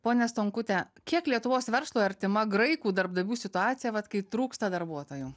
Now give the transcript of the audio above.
ponia stonkute kiek lietuvos verslui artima graikų darbdavių situacija vat kai trūksta darbuotojų